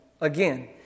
again